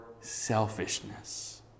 selfishness